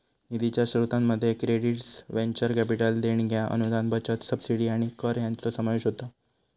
निधीच्या स्रोतांमध्ये credits, venture capital देणग्या, अनुदान, बचत, सबसिडी आणि कर हयांचो समावेश होता